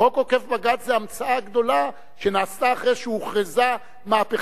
חוק עוקף בג"ץ זה המצאה גדולה שנעשתה אחרי שהוכרזה מהפכה.